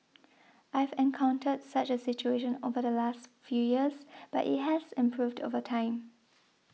I've encountered such a situation over the last few years but it has improved over time